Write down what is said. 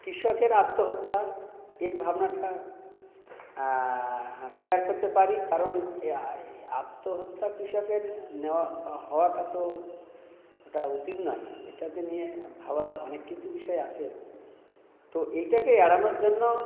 কৃষকের আত্মহত্যা এ ভাবনাটা শেয়ার করতে পারি কারণ এ আত্মহত্যা কৃষকের নেওয়া হওয়াটা তো ওটা উচিত না এটাতে নিয়ে ভাবার অনেক কিছু বিষয় আছে তো এইটাকে এড়ানোর জন্য